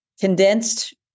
condensed